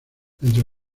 entre